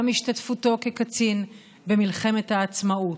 גם השתתפותו כקצין במלחמת העצמאות,